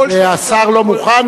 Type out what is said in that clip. והשר לא מוכן,